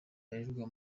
barererwa